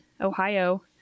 ohio